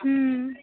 हूँ